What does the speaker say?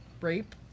rape